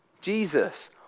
Jesus